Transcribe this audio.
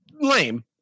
lame